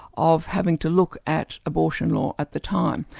of having to look at abortion law at the time.